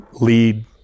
lead